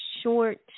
short